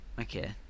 okay